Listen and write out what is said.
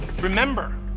Remember